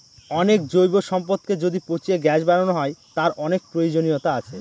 অনেক জৈব সম্পদকে যদি পচিয়ে গ্যাস বানানো হয়, তার অনেক প্রয়োজনীয়তা আছে